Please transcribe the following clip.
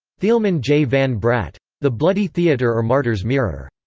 thieleman j. van braght. the bloody theater or martyrs mirror.